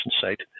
site